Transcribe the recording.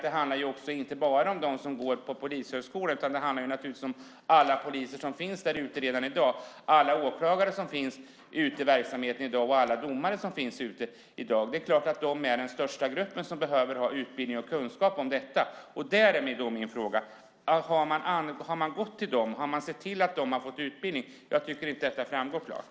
Det handlar inte bara om dem som går på Polishögskolan utan naturligtvis också om alla poliser som finns där ute redan i dag, alla åklagare som finns i verksamheten i dag och alla domare som finns i verksamheten i dag. Det är den största gruppen som behöver ha utbildning och kunskap om detta. Har man sett till att de har fått utbildning? Jag tycker inte att det framgår klart.